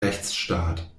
rechtsstaat